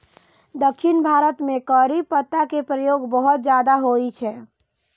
दक्षिण भारत मे करी पत्ता के प्रयोग बहुत ज्यादा होइ छै